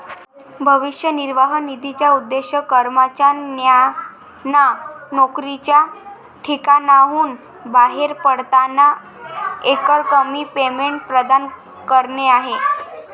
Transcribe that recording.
भविष्य निर्वाह निधीचा उद्देश कर्मचाऱ्यांना नोकरीच्या ठिकाणाहून बाहेर पडताना एकरकमी पेमेंट प्रदान करणे आहे